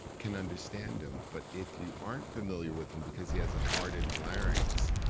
can understand him. but if you aren't familiar with him because he has a hardened larynx,